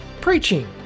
preaching